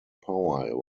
power